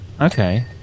okay